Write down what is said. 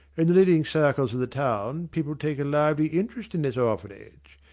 in the leading circles of the town, people take a lively interest in this orphanage.